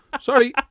Sorry